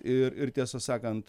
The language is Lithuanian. ir ir tiesą sakant